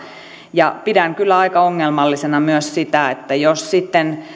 ja pidän kyllä aika ongelmallisena myös sitä jos sitten